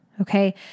Okay